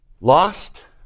lost